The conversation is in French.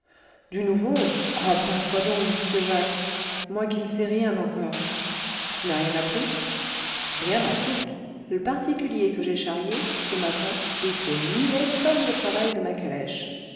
du nouveau ah ben quoi donc m'sieur jacques moi qui n'sais rien encore tu n'as rien appris rien en toute l'particulier que j'ai charrié ce matin était muet comme le travail de ma calèche